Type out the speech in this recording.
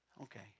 Okay